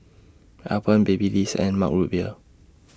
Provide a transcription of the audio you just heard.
Alpen Babyliss and Mug Root Beer